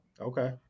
Okay